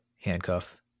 handcuff